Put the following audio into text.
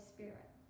Spirit